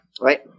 Right